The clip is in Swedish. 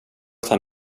han